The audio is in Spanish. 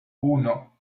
uno